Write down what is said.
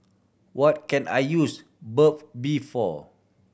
what can I use Burt Bee for